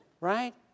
right